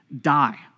die